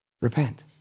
Repent